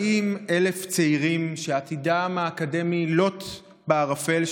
40,000 צעירים שעתידם האקדמי לוט בערפל,